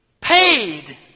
paid